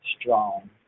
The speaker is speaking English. strong